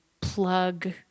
plug